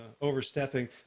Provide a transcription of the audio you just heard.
overstepping